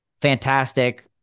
fantastic